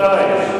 מתי?